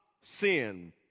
sin